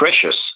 precious